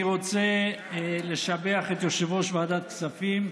אני רוצה לשבח את יושב-ראש ועדת הכספים,